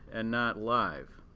and not live.